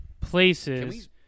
places